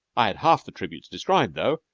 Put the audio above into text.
i had half the tributes described, though,